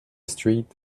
street